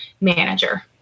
manager